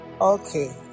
Okay